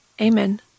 amen